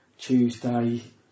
Tuesday